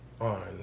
on